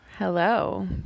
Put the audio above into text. Hello